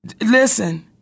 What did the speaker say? Listen